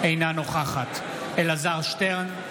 אינה נוכחת אלעזר שטרן,